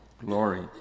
glory